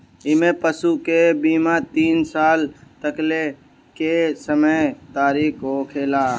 इमें पशु के बीमा तीन साल तकले के समय खातिरा होखेला